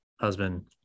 husband